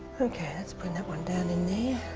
okay lets bring that one down in there.